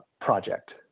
project